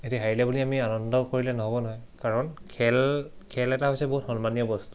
এতিয়া হাৰিলে বুলি আমি আনন্দ কৰিলে নহ'ব নহয় কাৰণ খেল খেল এটা হৈছে বহুত সন্মানীয় বস্তু